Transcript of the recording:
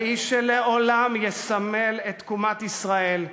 האיש שלעולם יסמל את תקומת ישראל,